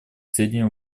сведению